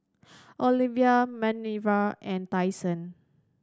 Olivia Manerva and Tyson